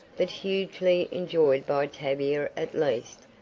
but hugely enjoyed by tavia at least,